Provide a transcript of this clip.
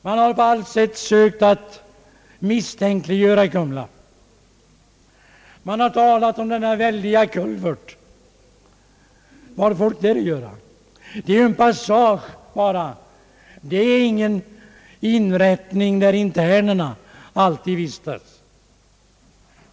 Man har på allt sätt sökt misstänkliggöra den. Man har talat om den väldiga kulverten. Vad har folk där att göra? Den är ju bara en passage, och ingen inrättning där internerna alltid vistas.